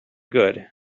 good